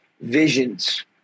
visions